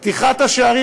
פתיחת השערים,